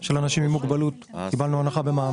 של אנשים עם מוגבלות, קיבלנו הנחה במע"מ.